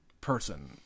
person